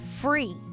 free